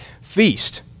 feast